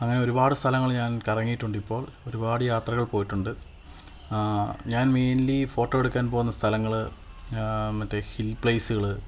അങ്ങനെ ഒരുപാട് സ്ഥലങ്ങള് ഞാന് കറങ്ങിയിട്ടുണ്ട് ഇപ്പോള് ഒരുപാട് യാത്രകള് പോയിട്ടുണ്ട് ഞാന് മെയിന്ലി ഫോട്ടോ എടുക്കാന് പോകുന്ന സ്ഥലങ്ങള് മറ്റേ ഹില് പ്ലെയിസുകള്